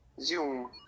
Zoom